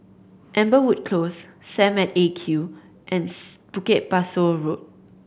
Amberwood Close Sam at Eight Q and Bukit Pasoh Road